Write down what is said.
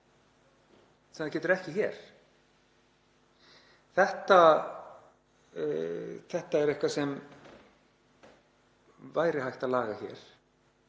það getur ekki hér. Þetta er eitthvað sem væri hægt að laga hér,